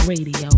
Radio